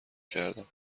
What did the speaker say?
کردم